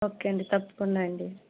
okay అండి తప్పకుండా అండి